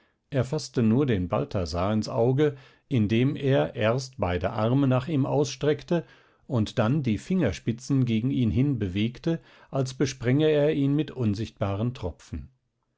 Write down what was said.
faßte nur den balthasar ins auge indem er erst beide arme nach ihm ausstreckte und dann die fingerspitzen gegen ihn hin bewegte als besprenge er ihn mit unsichtbaren tropfen